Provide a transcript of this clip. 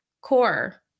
Core